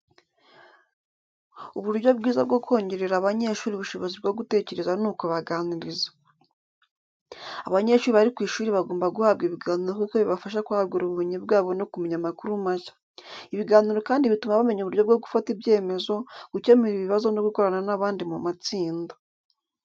Uburyo bwiza bwo kongerera abanyeshuri ubushobozi bwo gutekereza ni ukubaganiriza. Abanyeshuri bari ku ishuri bagomba guhabwa ibiganiro kuko bibafasha kwagura ubumenyi bwabo no kumenya amakuru mashya. Ibiganiro kandi bituma bamenya uburyo bwo gufata ibyemezo, gukemura ibibazo no gukorana n'abandi mu matsinda.